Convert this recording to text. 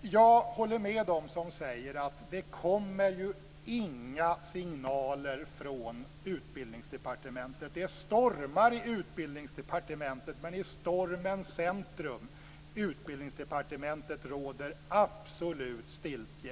Jag håller med dem som säger att det inte kommer några signaler från Utbildningsdepartementet. Det stormar om utbildningsfrågorna, men i stormens centrum, Utbildningsdepartementet, råder absolut stiltje.